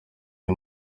uyu